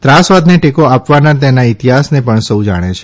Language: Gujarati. ત્રાસવાદને ટેકો આપવાના તેના ઇતિહાસને પણ સૌ જાણે છે